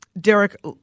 Derek